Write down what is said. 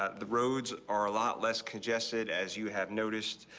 ah the roads are a lot less congested as you have noticed.